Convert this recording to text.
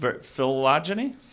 phylogeny